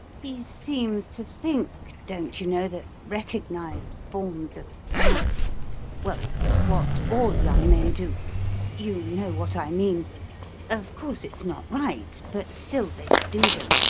he seems to think, don't you know, the recognised forms of vice well, what all young men do you know what i mean of course it's not right, but still they do them